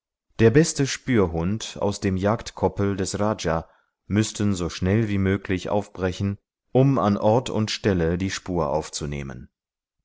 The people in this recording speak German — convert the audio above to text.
der beste spürhund aus dem jagdkoppel des raja müßten so schnell wie möglich aufbrechen um an ort und stelle die spur aufzunehmen